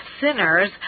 sinners